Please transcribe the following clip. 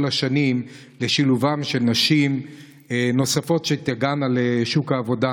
השנים לשילובן של נשים נוספות שתגענה לשוק העבודה.